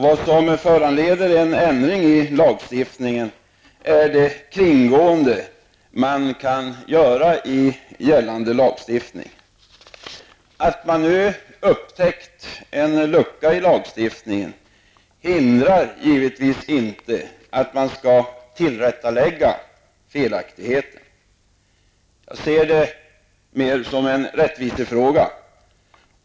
Vad som föranleder den föreslagna ändringen är att nuvarande lagstiftning kan kringgås. Man har alltså upptäckt en lucka i lagen, och det har föranlett den föreslagna ändringen. Jag ser detta som en rättvisefråga.